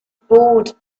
bored